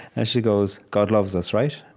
and she goes, god loves us, right?